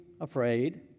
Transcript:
afraid